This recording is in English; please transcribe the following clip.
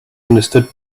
understood